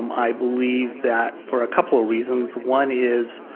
um i believe that for a couple of reasons, one is